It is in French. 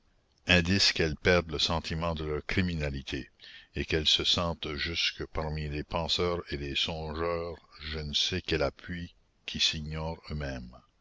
indice qu'elles perdent le sentiment de leur criminalité et qu'elles se sentent jusque parmi les penseurs et les songeurs je ne sais quels appuis qui s'ignorent eux-mêmes